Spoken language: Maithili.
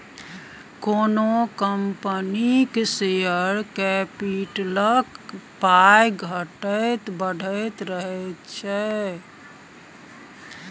कोनो कंपनीक शेयर कैपिटलक पाइ घटैत बढ़ैत रहैत छै